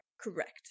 correct